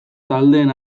taldeen